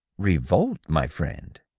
revolt, my friend.